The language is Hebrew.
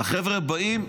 החברה באים.